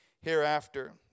hereafter